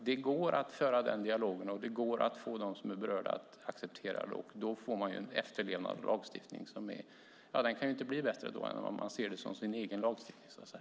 Det går att föra en dialog, och det går att få dem som är berörda att acceptera lagstiftningen. Efterlevnaden kan ju inte bli bättre om man ser det som sin egen lagstiftning.